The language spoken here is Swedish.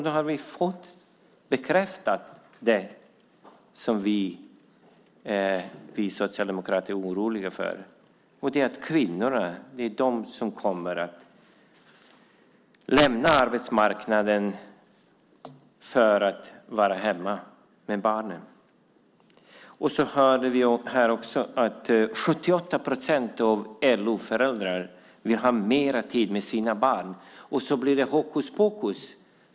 Då har vi fått bekräftat det som vi socialdemokrater är oroliga för. Det är att det är kvinnorna som kommer att lämna arbetsmarknaden för att vara hemma med barnen. Vi hörde här också att 78 procent av LO-föräldrarna vill ha mera tid med sina barn. Och så blir det hokus pokus.